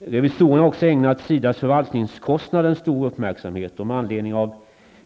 Revisorerna har också ägnat SIDAs förvaltningskostnader en stor uppmärksamhet. Med anledning av